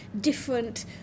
different